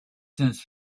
since